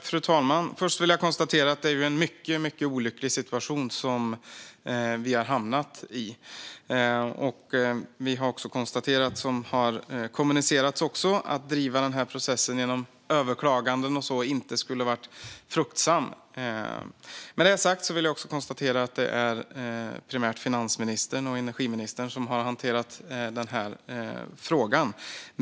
Fru talman! Först vill jag konstatera att det är en mycket olycklig situation som vi hamnat i. Men att driva den här processen genom överklaganden och så vidare skulle, som också kommunicerats, inte vara fruktsamt. Med det sagt vill jag också konstatera att det primärt är finansministern och energiministern som har hanterat den här frågan.